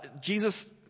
Jesus